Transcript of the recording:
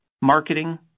marketing